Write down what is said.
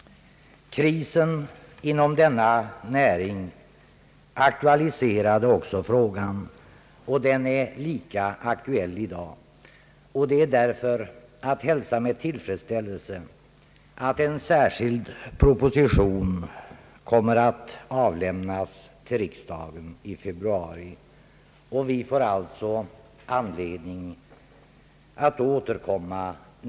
Krisen inom denna näring aktualiserade också frågan, och den är lika aktuell i dag. Det är därför att hälsa med tillfredsställelse att en särskild proposition kommer att avlämnas till riksdagen i februari. Vi får således anledning att återkomma.